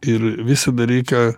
ir visada reikia